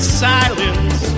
silence